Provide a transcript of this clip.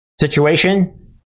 situation